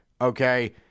okay